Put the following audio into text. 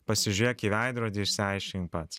pasižiūrėk į veidrodį išsiaiškink pats